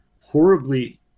horribly